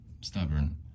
stubborn